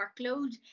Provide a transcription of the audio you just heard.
workload